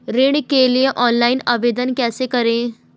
ऋण के लिए ऑनलाइन आवेदन कैसे करें?